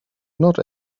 not